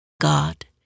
God